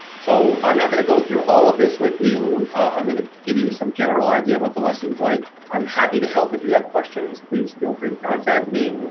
so i'm not gonna go through all of this with you. i'm gonna give you some general idea of what the lesson's like. i'm happy to help if you have questions. please feel free to contact me.